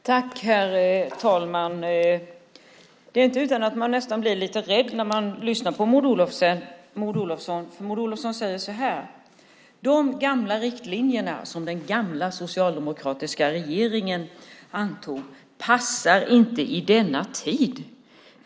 Herr talman! Det är inte utan att man blir lite rädd när man lyssnar på Maud Olofsson. Hon säger så här: De gamla riktlinjerna, som den gamla socialdemokratiska regeringen antog, passar inte i denna tid.